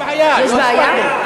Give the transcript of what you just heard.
יש בעיה, יש בעיה.